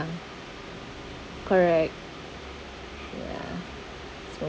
correct ya so